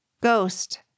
ghost